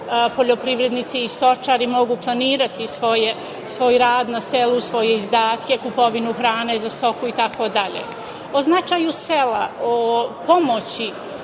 poljoprivrednici i stočari mogu planirati svoj rad na selu, svoje izdatke, kupovinu hrane za stoku itd?O značaju sela, o pomoći